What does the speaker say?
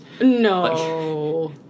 No